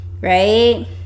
Right